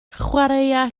chwaraea